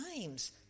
times